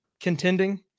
contending